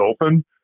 open